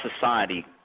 society